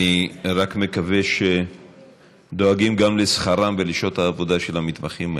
אני רק מקווה שדואגים גם לשכרם ולשעות העבודה של המתמחים האלה.